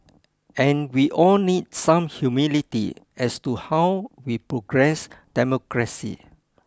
and we all need some humility as to how we progress democracy